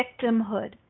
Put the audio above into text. victimhood